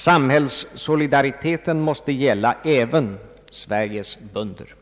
Samhällssolidariteten måste gälla även Sveriges bönder.